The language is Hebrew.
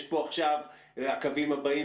יש פה עכשיו הקווים הבאים,